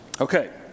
Okay